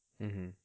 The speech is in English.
mmhmm